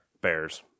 bears